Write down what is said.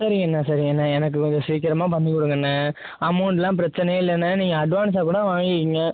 சரிங்கண்ண சரிங்கண்ண எனக்கு கொஞ்சம் சீக்கரமாக பண்ணி கொடுங்கண்ண அமௌன்ட்லாம் பிரச்சினையே இல்லைண்ண நீங்கள் அட்வான்ஸாக கூட வாங்கிக்கோங்க